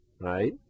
right